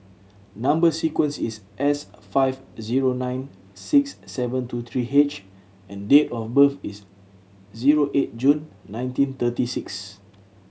number sequence is S five zero nine six seven two three H and date of birth is zero eight June nineteen thirty six